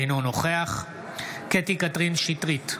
אינו נוכח קטי קטרין שטרית,